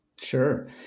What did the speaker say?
Sure